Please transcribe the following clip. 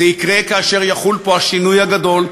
זה יקרה כאשר יחול פה השינוי הגדול,